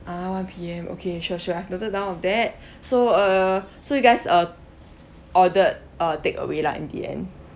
ah one P_M okay sure sure I've noted down on that so uh so you guys uh ordered uh take away lah in the end